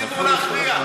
אז תנו לציבור להכריע.